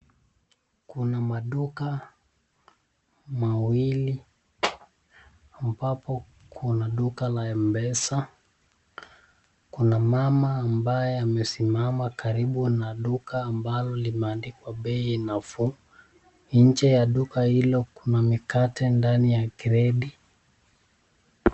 Kuna maduka mawili ambapo kyna duka la mpesa, kuna mama ambaye amesimama karibu na duka ambalo limeandikwa bei ni nafuu, nje ya duka hilo kuna mikate ndani ya kreti.